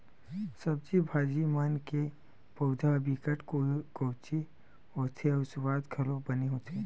सब्जी भाजी मन के पउधा ह बिकट केवची होथे अउ सुवाद घलोक बने होथे